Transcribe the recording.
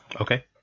Okay